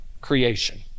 creation